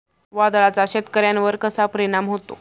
वादळाचा शेतकऱ्यांवर कसा परिणाम होतो?